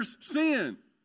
sin